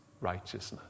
righteousness